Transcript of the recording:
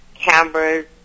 Cameras